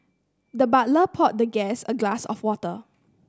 the butler poured the guest a glass of water